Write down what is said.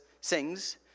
sings